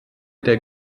der